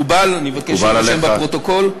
אני מבקש שיירשם בפרוטוקול.